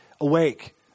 awake